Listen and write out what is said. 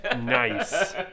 Nice